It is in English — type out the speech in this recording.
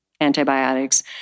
antibiotics